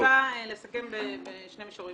אני רוצה לסכם בשני מישורים.